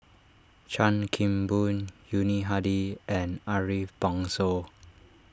Chan Kim Boon Yuni Hadi and Ariff Bongso